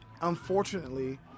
unfortunately